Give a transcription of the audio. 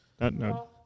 No